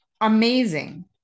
amazing